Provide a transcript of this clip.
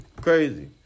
Crazy